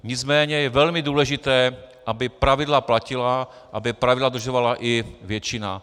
Nicméně je velmi důležité, aby pravidla platila, aby pravidla dodržovala i většina.